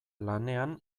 lanean